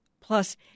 plus